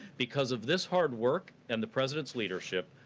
because of this hard work and the president's leadership,